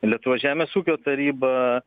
lietuvos žemės ūkio taryba